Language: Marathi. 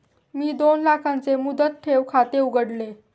मी दोन लाखांचे मुदत ठेव खाते उघडले